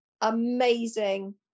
amazing